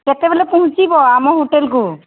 କେତେବେଳେ ପହଞ୍ଚିବ ଆମ ହୋଟେଲ୍କୁ